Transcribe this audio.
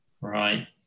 right